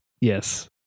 Yes